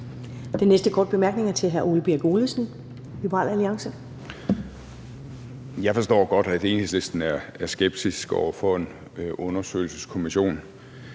Den næste korte bemærkning er til hr. Ole Birk Olesen, Liberal Alliance. Kl. 15:30 Ole Birk Olesen (LA): Jeg forstår godt, at Enhedslisten er skeptisk over for en undersøgelseskommission.